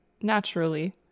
naturally